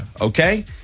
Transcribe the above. okay